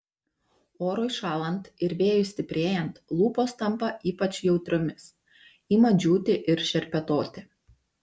orui šąlant ir vėjui stiprėjant lūpos tampa ypač jautriomis ima džiūti ir šerpetoti